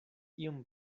iom